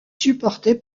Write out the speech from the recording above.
supportée